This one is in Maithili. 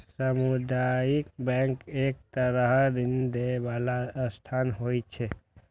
सामुदायिक बैंक एक तरहक ऋण दै बला संस्था होइ छै